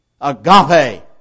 Agape